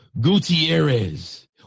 Gutierrez